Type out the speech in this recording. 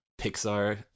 Pixar